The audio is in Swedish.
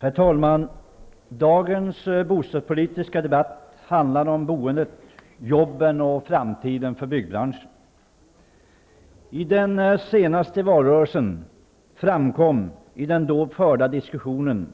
Herr talman! Dagens bostadspolitiska debatt handlar om boendet, jobben och framtiden för byggbranschen. I den senaste valrörelsen och i den då förda diskussionen